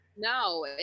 No